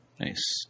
Nice